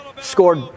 Scored